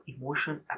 emotion